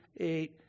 Eight